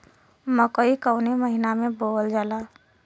मकई कवने महीना में बोवल जाला?